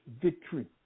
victory